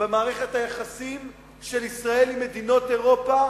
במערכת היחסים של ישראל עם מדינות אירופה,